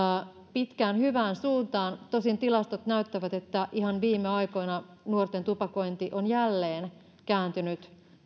hyvään suuntaan tosin tilastot näyttävät että ihan viime aikoina nuorten tupakointi on jälleen kääntynyt